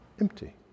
empty